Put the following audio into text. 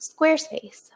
Squarespace